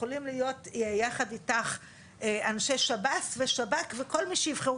יכולים להיות יחד איתך אנשי שב"ס ושב"כ וכל מי שיבחרו.